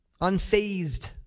unfazed